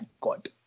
God